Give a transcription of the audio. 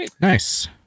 Nice